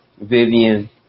Vivian